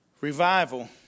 Revival